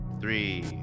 three